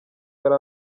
yari